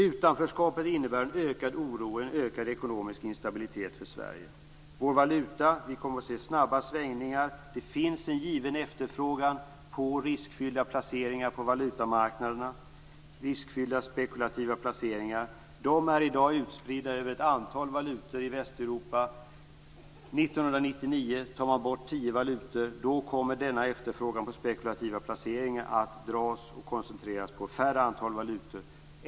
Utanförskapet innebär en ökad oro och en ökad ekonomisk instabilitet för Sverige. Vi kommer att se snabba svängningar vad gäller vår valuta. Det finns en given efterfrågan på riskfyllda spekulativa placeringar på valutamarknaderna. De är i dag utspridda över ett antal valutor i Västeuropa. 1999 tar man bort tio valutor. Då kommer denna efterfrågan på spekulativa placeringar att koncentreras på färre antal valutor.